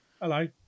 Hello